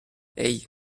hey